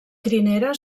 crinera